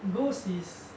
ghost is